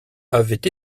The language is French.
avait